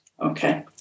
Okay